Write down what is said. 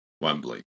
Wembley